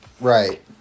right